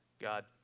God